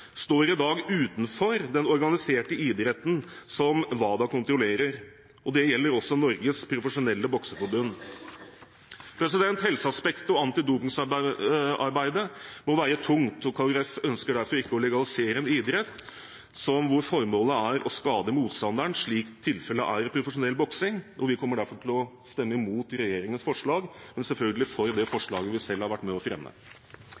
står utenfor den organiserte idretten som WADA kontrollerer. Det gjelder også Norges Profesjonelle Bokseforbund. Helseaspektet og antidopingarbeidet må veie tungt, og Kristelig Folkeparti ønsker derfor ikke å legalisere en idrett hvor formålet er å skade motstanderen, slik tilfellet er i profesjonell boksing. Vi kommer derfor til å stemme imot regjeringens forslag, men selvfølgelig for det forslaget vi selv har vært med på å fremme.